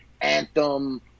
anthem